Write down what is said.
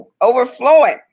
overflowing